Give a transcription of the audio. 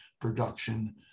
production